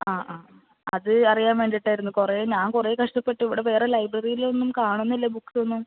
ആ ആ അത് അറിയാൻ വേണ്ടീട്ടായിരുന്നു കുറേ ഞാൻ കുറേ കഷ്ടപ്പെട്ടു ഇവിടെ വേറെ ലൈബ്രറിയിലൊന്നും കാണുന്നില്ല ബുക്ക്സൊന്നും